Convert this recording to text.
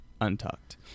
untucked